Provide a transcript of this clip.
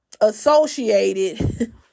associated